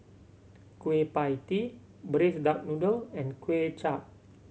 Kueh Pie Tee Braised Duck Noodle and Kuay Chap